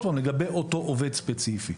לגבי אותו עובד ספציפי.